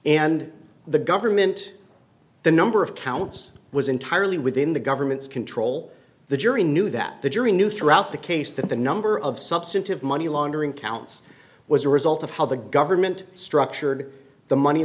and the government the number of counts was entirely within the government's control the jury knew that the jury knew throughout the case that the number of substantive money laundering counts was a result of how the government structured the money